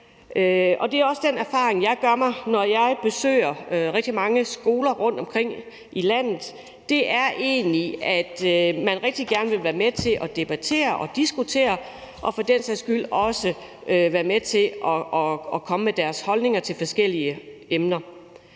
Det er også den erfaring, jeg gør mig, når jeg besøger rigtig mange skoler rundtomkring i landet. Man vil rigtig gerne være med til at debattere og diskutere og for den sags skyld også være med til at komme med sine holdninger til forskellige emner.